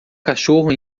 cachorro